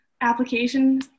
application